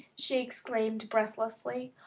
she exclaimed breathlessly.